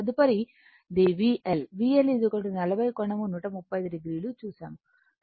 తదుపరిది VL VL 40 కోణం 135 o చూసాము